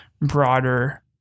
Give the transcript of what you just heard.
broader